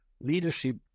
leadership